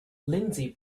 lindsey